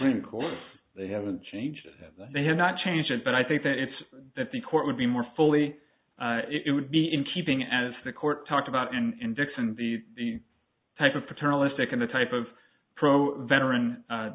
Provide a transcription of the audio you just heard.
in court they haven't changed they have not changed it but i think that it's that the court would be more fully it would be in keeping as the court talked about and dixon the type of paternalistic in the type of pro veteran